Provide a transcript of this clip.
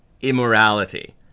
immorality